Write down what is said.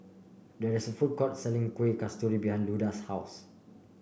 there is a food court selling Kuih Kasturi behind Luda's house